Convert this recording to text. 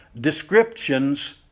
descriptions